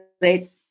great